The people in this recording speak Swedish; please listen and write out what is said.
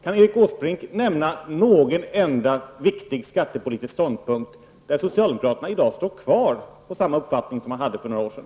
Kan Erik Åsbrink nämna någon enda viktig skattepolitisk ståndpunkt där socialdemokraterna i dag håller fast vid samma uppfattning som de hade för några år sedan.